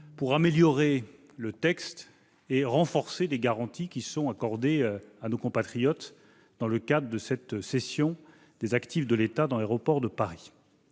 pour améliorer ce texte et renforcer les garanties accordées à nos compatriotes, dans le cadre de la cession des actifs de l'État dans Aéroports de Paris.